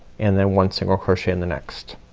and then one single crochet in the next.